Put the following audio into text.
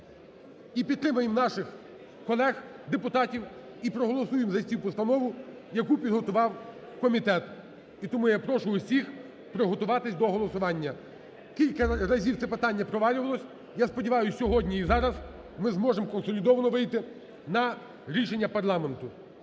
і підтримаємо наших колег депутатів і проголосуємо за цю постанову, яку підготував комітет. І тому я прошу усіх приготуватись до голосування. Кілька разів це питання провалювалось, я сподіваюсь, сьогодні і зараз ми зможемо консолідовано вийти на рішення парламенту.